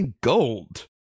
gold